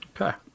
Okay